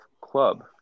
club